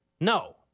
No